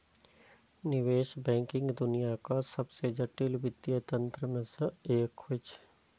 निवेश बैंकिंग दुनियाक सबसं जटिल वित्तीय तंत्र मे सं एक होइ छै